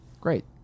Great